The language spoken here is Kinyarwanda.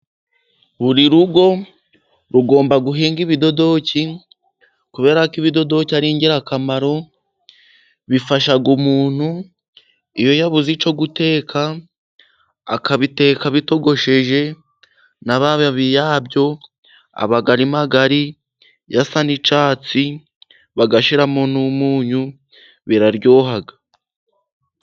Buri rugo rugomba guhinga ibidodoki, kubera ko ibidodoki ari ingirakamaro, bifasha umuntu iyo yabuze icyo guteka, akabiteka bitogosheje na mababi yabyo, aba arimagari asa n'icyatsi, bayashiramo n'umunyu biraryoha.